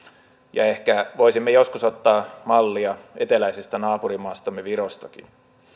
ehkä voisimme joskus ottaa mallia eteläisestä naapurimaastamme virostakin